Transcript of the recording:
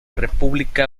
república